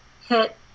hit